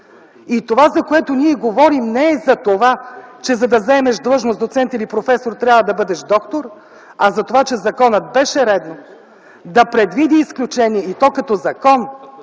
И това, за което ние говорим, не е за това, че за да заемеш длъжност „доцент” или „професор” трябва да бъдеш доктор, а заради това, че беше редно законът да предвиди изключение, и то като закон,